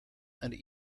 and